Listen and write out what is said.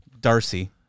Darcy